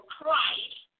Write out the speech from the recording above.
Christ